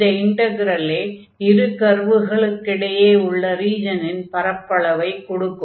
இந்த இன்டக்ரலே இரு கர்வுகளுக்கு இடையே உள்ள ரீஜனின் பரப்பளவைக் கொடுக்கும்